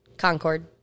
Concord